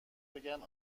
بگن